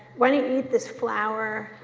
why don't you eat this flour,